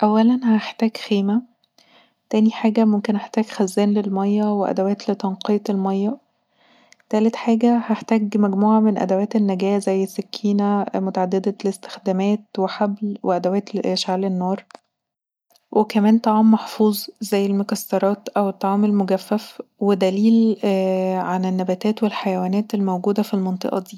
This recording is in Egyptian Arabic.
اولا هحتاج خيمة، تاني حاجه ممكن احتاج خزان للميه وادوات لتنقية الميه، تابت حاجه هحتاج مجموعه من ادوات النجاه زي سكينه متعدده الاستخدامات وحبل وادوات للإشعال النار وكمان طعام محفوظ زي المكسرات او الطعام المجفف ودليل عن النباتات والحيوانات الموجوده في المنطقه دي